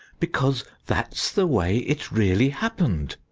because that's the way it really happened.